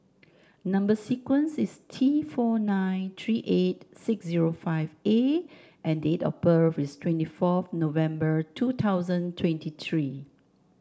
number sequence is T four nine three eight six zero five A and date of birth is twenty four November two thousand twenty three